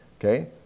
Okay